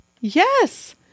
Yes